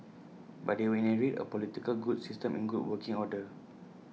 but they will inherit A political system in good working order